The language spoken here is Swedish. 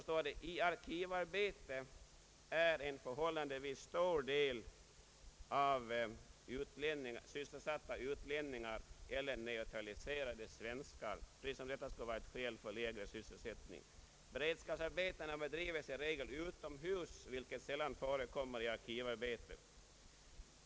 I arkivarbete är en förhållandevis stor del av de sysselsatta utlänningar eller naturaliserade svenskar” — liksom detta skulle vara ett skäl för lägre ersättning. Beredskapsarbetena bedrives i regel utomhus, vilket sällan förekommer vid arkivarbete.